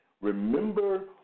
Remember